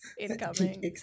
incoming